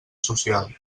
social